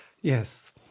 Yes